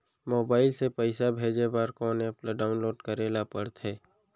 Mobile से पइसा भेजे बर कोन एप ल डाऊनलोड करे ला पड़थे?